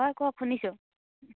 হয় কওক শুনিছোঁ